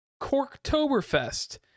Corktoberfest